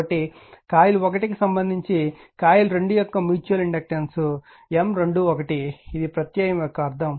కాబట్టి కాయిల్ 1 కు సంబంధించి కాయిల్ 2 యొక్క మ్యూచువల్ ఇండక్టెన్స్ M21 ఇది ప్రత్యయం యొక్క అర్థం